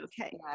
okay